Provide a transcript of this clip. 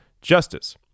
justice